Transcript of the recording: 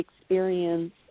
experience